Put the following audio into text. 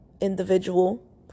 individual